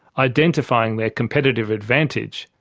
identifying their competitive advantage,